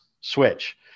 switch